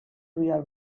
real